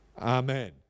Amen